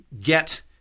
get